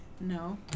No